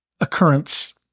occurrence